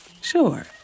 Sure